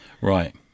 Right